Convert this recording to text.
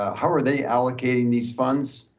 ah how are they allocating these funds?